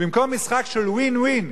במקום משחק של win-win,